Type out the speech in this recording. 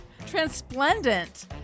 Transplendent